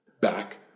back